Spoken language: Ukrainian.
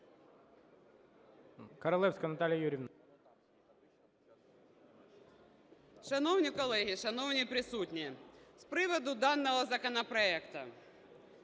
Шановні колеги, шановні присутні! З приводу даного законопроекту.